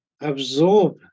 absorb